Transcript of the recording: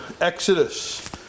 Exodus